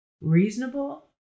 reasonable